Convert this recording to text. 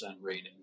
rating